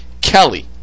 Kelly